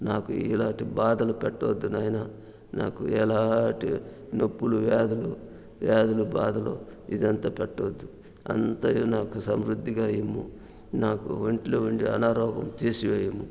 నాకు ఇలాంటి బాధలు పెట్టద్దు నాయన నాకు ఎలాంటి నొప్పులు వ్యాధులు వ్యాధులు బాధలు ఇదంతా పెట్టద్దు అంతయు నాకు సమృద్ధిగా ఇవ్వు నాకు ఒంట్లో ఉండే అనారోగ్యం తీసివేయుము